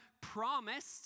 promised